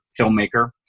filmmaker